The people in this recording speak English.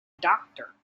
doctor